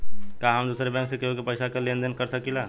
का हम दूसरे बैंक से केहू के पैसा क लेन देन कर सकिला?